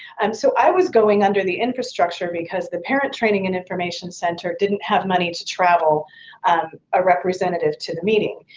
um so, i was going under the infrastructure because the parent training and information center didn't have money to travel a representative to the meeting.